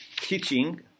teaching